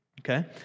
Okay